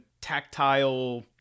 tactile